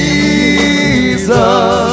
Jesus